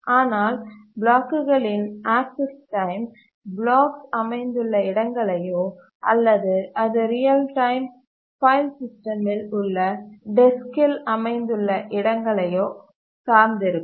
ஆனால் பிளாக்குகளின் access time block அமைந்துள்ள இடங்களையோ அல்லது அது ரியல் டைம் ஃபைல் சிஸ்டமில் உள்ள டெஸ்க்கில் அமைந்துள்ள இடங்களையோ சார்ந்திருக்கும்